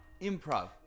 improv